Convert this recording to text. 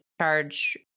charge